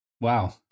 Wow